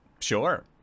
Sure